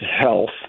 health